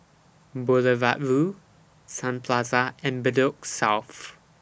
Boulevard Vue Sun Plaza and Bedok South